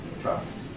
trust